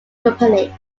company